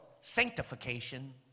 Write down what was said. sanctification